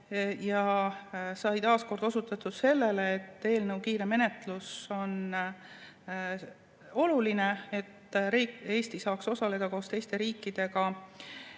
Sai taas osutatud sellele, et eelnõu kiire menetlus on oluline, et Eesti saaks koos teiste riikidega